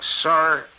Sir